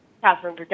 Catherine